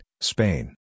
Spain